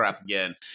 again